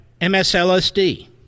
MSLSD